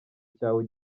cyawe